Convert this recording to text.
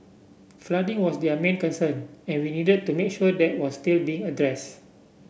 flooding was their main concern and we needed to make sure that was still being address